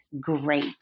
great